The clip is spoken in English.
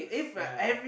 ya